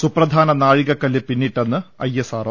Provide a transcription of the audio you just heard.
സുപ്രധാന നാഴികകല്ല് പിന്നിട്ടെന്ന് ഐഎസ് ആർഒ